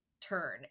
turn